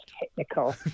technical